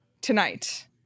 tonight